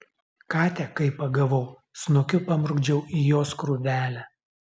katę kai pagavau snukiu pamurkdžiau į jos krūvelę